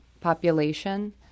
population